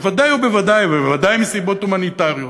בוודאי ובוודאי ובוודאי מסיבות הומניטריות.